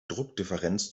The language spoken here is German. druckdifferenz